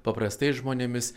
paprastais žmonėmis